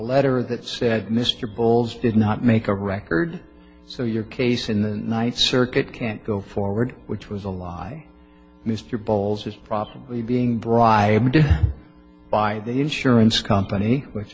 letter that said mr bowles did not make a record so your case in the night circuit can't go forward which was a lie mr bowles is probably being bribed by the insurance company which